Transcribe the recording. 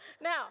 Now